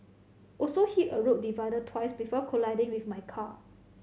also hit a road divider twice before colliding with my car